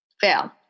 fail